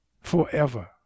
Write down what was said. forever